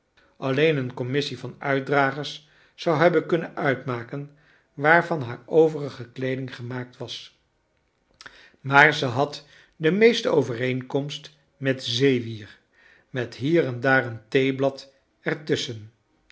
alleen een commissie van uitdragers zou hebben kunnen uitmaken waarvan haar overige kleeding gemaakt was maar ze had de meest e overeenkomst met zeewier met hier en daar een theeblad